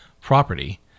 property